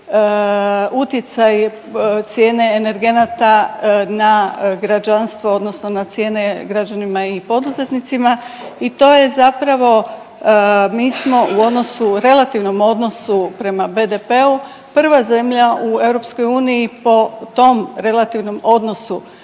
utjecaj cijene energenata na građanstvo odnosno na cijene građanima i poduzetnicima i to je zapravo mi smo u odnosu relativnom odnosu prema BDP-u prva zemlja u EU po tom relativnom odnosu.